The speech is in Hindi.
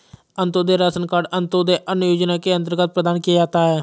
अंतोदय राशन कार्ड अंत्योदय अन्न योजना के अंतर्गत प्रदान किया जाता है